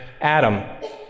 Adam